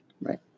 Right